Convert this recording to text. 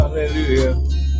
Hallelujah